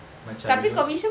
macam not